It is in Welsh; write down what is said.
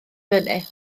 fyny